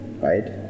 right